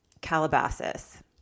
Calabasas